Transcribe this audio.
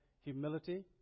humility